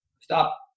stop